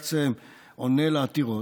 בג"ץ עונה לעתירות.